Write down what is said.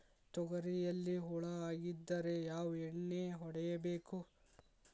ತೊಗರಿಯಲ್ಲಿ ಹುಳ ಆಗಿದ್ದರೆ ಯಾವ ಎಣ್ಣೆ ಹೊಡಿಬೇಕು?